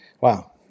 Wow